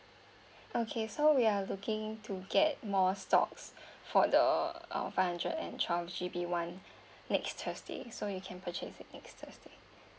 okay so we are looking to get more stocks for the uh five hundred and twelve G_B [one] next thursday so you can purchase next thursday